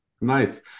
nice